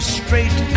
straight